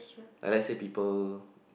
like let's say people